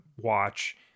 watch